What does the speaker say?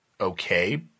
Okay